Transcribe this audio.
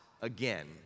again